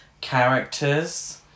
characters